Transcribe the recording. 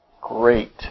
Great